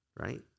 right